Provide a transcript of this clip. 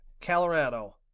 Colorado